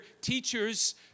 teachers